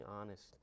honest